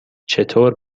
چطور